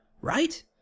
right